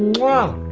wow,